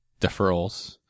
deferrals